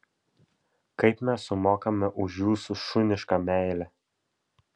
kaip mes sumokame už jūsų šunišką meilę